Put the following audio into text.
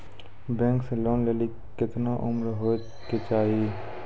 Bank से loan लेली केतना उम्र होय केचाही?